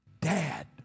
Dad